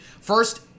First